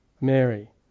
Mary